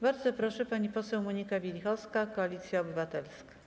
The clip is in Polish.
Bardzo proszę, pani poseł Monika Wielichowska, Koalicja Obywatelska.